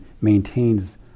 maintains